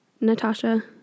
Natasha